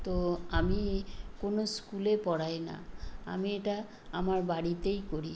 তো আমি কোনও স্কুলে পড়াই না আমি এটা আমার বাড়িতেই করি